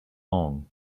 long